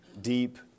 deep